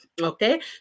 Okay